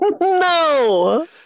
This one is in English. No